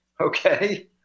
Okay